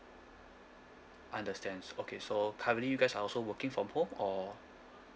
understand so okay so currently you guys are also working from home or